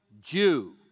Jew